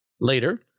Later